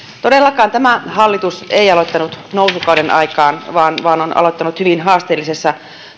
todellakaan tämä hallitus ei aloittanut nousukauden aikaan vaan vaan on aloittanut hyvin haasteellisessa